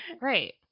Right